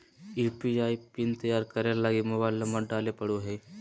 UPI pin तैयार करे लगी मोबाइल नंबर डाले पड़ो हय